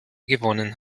gewonnen